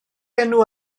enw